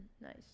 Nice